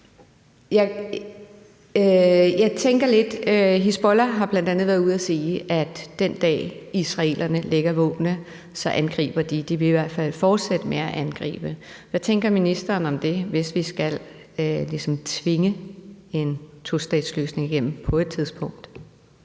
Munch (DD): Tak. Hizbollah har bl.a. været ude at sige, at den dag, israelerne lægger våbnene, angriber de. De vil i hvert fald fortsætte med at angribe. Hvad tænker ministeren om det, hvis vi skal ligesom tvinge en tostatsløsning igennem på et tidspunkt?